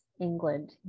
England